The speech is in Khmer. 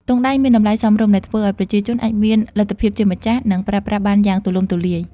ទង់ដែងមានតម្លៃសមរម្យ ដែលធ្វើឲ្យប្រជាជនអាចមានលទ្ធភាពជាម្ចាស់ និងប្រើប្រាស់បានយ៉ាងទូលំទូលាយ។